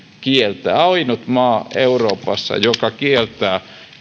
kieltää ainut maa euroopassa joka kieltää